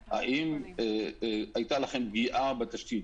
דיווחים האם הייתה להם פגיעה בתשתית.